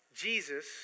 Jesus